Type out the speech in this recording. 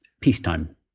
peacetime